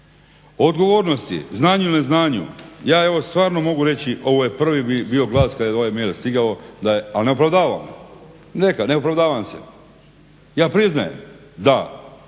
Odgovornost je u znanju ili neznanju. Ja evo stvarno mogu reći ovo je prvi bio glas kad je ovaj …/Govornik se ne razumije./… stigao ali ne opravdavam. Neka, ne opravdavam se. Ja priznajem da